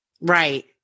Right